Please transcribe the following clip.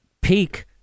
peak